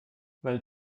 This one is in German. weil